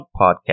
Podcast